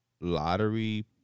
lottery